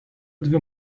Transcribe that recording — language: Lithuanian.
dvi